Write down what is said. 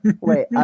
Wait